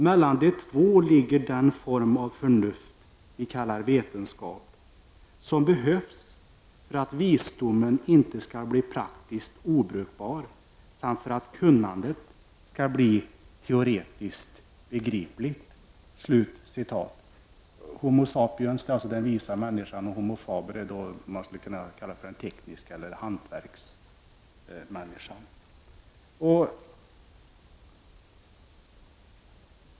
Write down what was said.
Mellan de två ligger den form av förnuft vi kallar kunskap, som behövs för att visdomen inte skall bli praktiskt obrukbar samt för att kunnandet skall bli teoretiskt begripligt.” Homo sapiens är alltså den visa människan, och homo faber är vad man skulle kunna kalla den tekniska människan eller hantverksmänniskan.